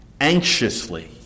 anxiously